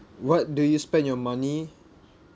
what do you spend your money